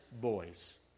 boys